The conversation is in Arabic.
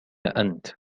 أنت